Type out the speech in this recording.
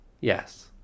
Yes